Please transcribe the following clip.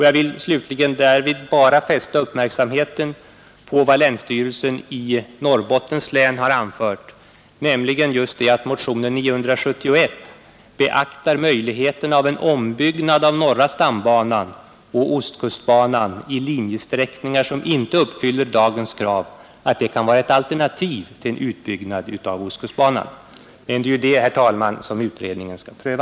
Jag vill därvidlag slutligen bara fästa uppmärksamheten på vad länsstyrelsen i Norrbottens län har anfört, 81 nämligen att motionen 971 beaktar möjligheterna av att en ombyggnad av norra stambanan och ostkustbanan i linjesträckningar som ej uppfyller dagens krav kan vara ett alternativ till en utbyggnad av ostkustbanan. Men det är ju det, herr talman, som utredningen skall pröva.